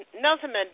Nelson